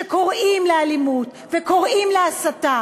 שקוראים לאלימות וקוראים להסתה,